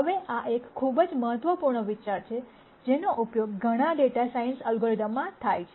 હવે આ એક ખૂબ જ મહત્વપૂર્ણ વિચાર છે જેનો ઉપયોગ ઘણા ડેટા સાયન્સ એલ્ગોરિધમ્સમાં થાય છે